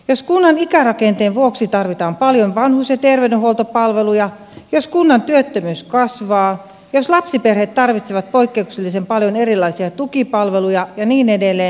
jos kunnan ikärakenteen vuoksi tarvitaan paljon vanhus ja terveydenhuoltopalveluja jos kunnan työttömyys kasvaa jos lapsiperheet tarvitsevat poikkeuksellisen paljon erilaisia tukipalveluja ja niin edelleen